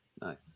Nice